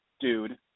dude